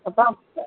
ꯑꯄꯥꯛꯄ